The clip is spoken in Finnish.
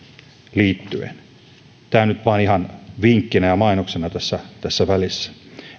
liittyen tämä nyt vain ihan vinkkinä ja mainoksena tässä välissä